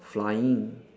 flying